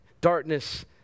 darkness